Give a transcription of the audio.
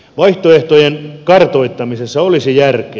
vaihtoehtojen kartoittamisessa olisi järkeä